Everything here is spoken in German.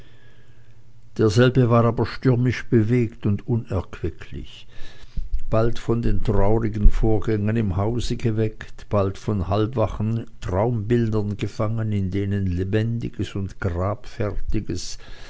derselbe war aber stürmisch bewegt und unerquicklich bald von den traurigen vorgängen im hause geweckt bald von halbwachen traumbildern umfangen in denen lebendiges und